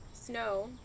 snow